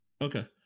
Okay